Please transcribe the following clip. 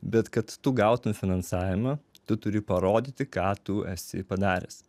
bet kad tu gautum finansavimą tu turi parodyti ką tu esi padaręs